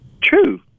True